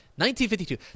1952